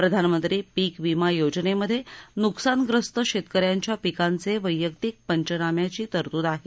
प्रधानमंत्री पीक विमा योजनेमध्ये नृकसान ग्रस्त शेतकऱ्यांच्या पिकांचे वैयस्तिक पंचनाम्याची तरतृद आहे